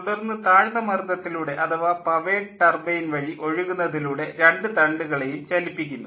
തുടർന്ന് താഴ്ന്നമർദ്ദത്തിലൂടെ അഥവാ പവേർഡ് ടർബൈൻ വഴി ഒഴുകുന്നതിലൂടെ രണ്ടു തണ്ടുകളേയും ചലിപ്പിക്കുന്നു